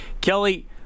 Kelly